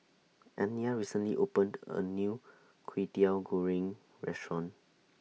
Anya recently opened A New Kwetiau Goreng Restaurant